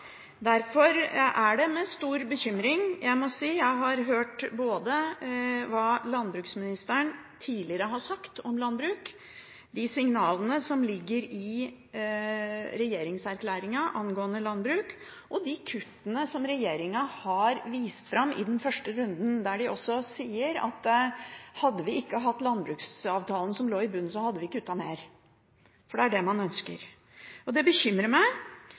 Derfor er det med stor bekymring jeg har hørt både hva landbruksministeren tidligere har sagt om norsk landbruk, de signalene som ligger i regjeringserklæringen angående landbruk, og de kuttene som regjeringen har vist fram i den første runden, der de også sier at hadde de ikke hatt landbruksavtalen som lå i bunn, hadde de kuttet mer, for det er det de ønsker. Det bekymrer meg,